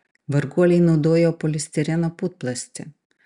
varguoliai naudojo polistireno putplastį